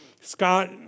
Scott